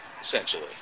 essentially